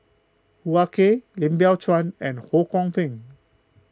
Hoo Ah Kay Lim Biow Chuan and Ho Kwon Ping